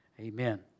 Amen